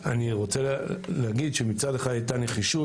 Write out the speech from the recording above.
אני רוצה להגיד שמצד אחד הייתה נחישות